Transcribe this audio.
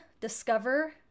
discover